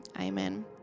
amen